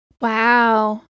Wow